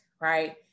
right